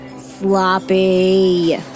Sloppy